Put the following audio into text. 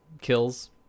kills